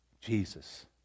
Jesus